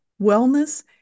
wellness